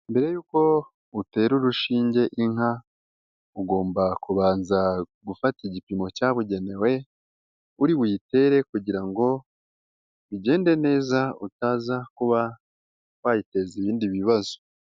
Mbere y'uko utera urushinge inka, ugomba kubanza gufata igipimo cyabugenewe uri buyitere kugira ngo bigende neza, utaza kuba wayiteza ibindi bibazo.